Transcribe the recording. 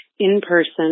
in-person